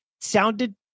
sounded